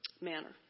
manner